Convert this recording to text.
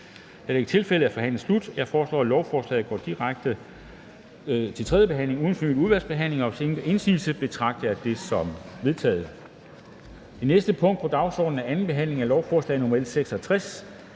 det ikke er tilfældet, er forhandlingen sluttet. Jeg foreslår, at lovforslaget går direkte til tredje behandling uden fornyet udvalgsbehandling. Hvis ingen gør indsigelse, betragter jeg dette som vedtaget. Det er vedtaget. --- Det næste punkt på dagsordenen er: 27) 2. behandling af lovforslag nr.